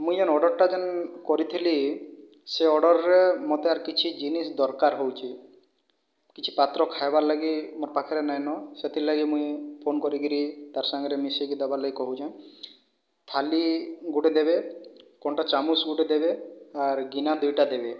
ମୁଇଁ ଏନ୍ ଅର୍ଡ଼ରଟା ଯେନ୍ କରିଥିଲି ସେ ଅର୍ଡ଼ରରେ ମୋତେ ଆର୍ କିଛି ଜିନିଷ୍ ଦରକାର ହେଉଛେ କିଛି ପାତ୍ର ଖାଇବାର୍ଲାଗି ମୋର୍ ପାଖରେ ନାଇଁନ ସେଥିର୍ଲାଗି ମୁଇଁ ଫୋନ୍ କରିକିରି ତାର୍ ସାଙ୍ଗରେ ମିଶାଇକି ଦବାର୍ଲାଗି କହୁଛେଁ ଥାଲି ଗୋଟିଏ ଦେବେ କଣ୍ଟା ଚାମୁଚ୍ ଗୋଟିଏ ଦେବେ ଆର୍ ଗିନା ଦୁଇଟା ଦେବେ